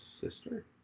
sister